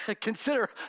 consider